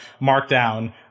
Markdown